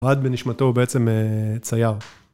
אוהד בנשמתו הוא בעצם צייר.